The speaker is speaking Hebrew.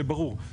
שיהיה ברור.